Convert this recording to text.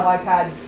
like ipad,